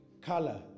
color